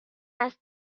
است